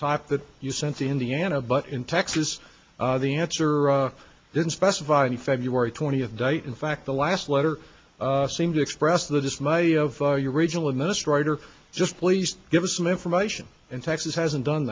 type that you sent to indiana but in texas the answer didn't specify the february twentieth date in fact the last letter seem to express the dismay of your original administrator just please give us some information in texas hasn't done